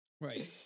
Right